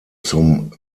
zum